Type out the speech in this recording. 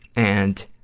and,